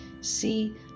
see